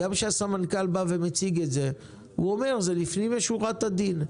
גם שהסמנכ"ל מציג את זה הוא אומר שזה לפנים משורת הדין.